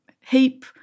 heap